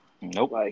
Nope